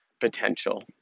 potential